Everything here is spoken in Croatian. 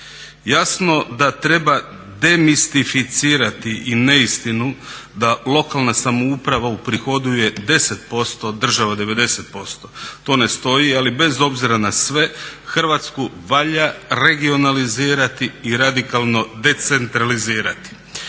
Jasno da treba demistificirati i neistinu da lokalna samouprava uprihoduje 10%, a država 90%. To ne stoji ali bez obzira na sve Hrvatsku valja regionalizirati i radikalno decentralizirati.